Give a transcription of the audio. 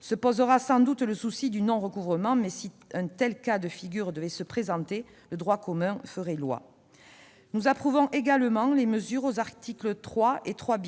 Se posera sans doute le problème du non-recouvrement, mais, si un tel cas de figure devait se présenter, le droit commun ferait loi. Nous approuvons également les mesures visées aux articles 3 et 3 .